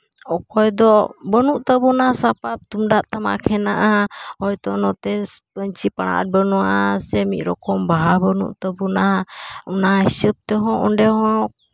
ᱚᱠᱚᱭ ᱫᱚ ᱵᱟᱹᱱᱩᱜ ᱛᱟᱵᱚᱱᱟ ᱥᱟᱯᱟᱯ ᱛᱩᱢᱫᱟᱜ ᱴᱟᱢᱟᱠ ᱦᱮᱱᱟᱜᱼᱟ ᱦᱚᱭᱛᱳ ᱱᱚᱛᱮ ᱯᱟᱹᱧᱪᱤ ᱯᱟᱲᱦᱟᱴ ᱵᱟᱹᱱᱩᱜᱼᱟ ᱥᱮ ᱢᱤᱫ ᱨᱚᱠᱚᱢ ᱵᱟᱦᱟ ᱵᱟᱹᱱᱩᱜ ᱛᱟᱵᱚᱱᱟ ᱚᱱᱟ ᱦᱤᱥᱟᱹᱵ ᱛᱮᱦᱚᱸ ᱚᱸᱰᱮ ᱦᱚᱸ